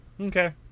Okay